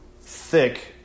thick